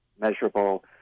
measurable